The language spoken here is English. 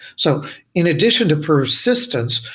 so in addition to persistence,